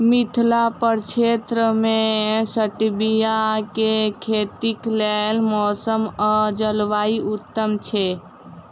मिथिला प्रक्षेत्र मे स्टीबिया केँ खेतीक लेल मौसम आ जलवायु उत्तम छै?